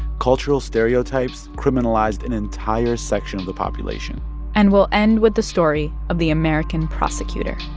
cultural stereotypes criminalized an entire section of the population and we'll end with the story of the american prosecutor